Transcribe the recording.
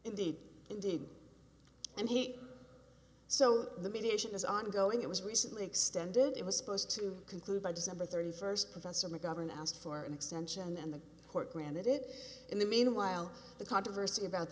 indeed indeed and he so the mediation is ongoing it was recently extended it was supposed to conclude by december thirty first professor mcgovern asked for an extension and the court granted it in the meanwhile the controversy about